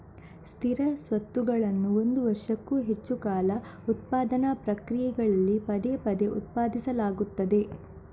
ಸ್ಥಿರ ಸ್ವತ್ತುಗಳನ್ನು ಒಂದು ವರ್ಷಕ್ಕೂ ಹೆಚ್ಚು ಕಾಲ ಉತ್ಪಾದನಾ ಪ್ರಕ್ರಿಯೆಗಳಲ್ಲಿ ಪದೇ ಪದೇ ಉತ್ಪಾದಿಸಲಾಗುತ್ತದೆ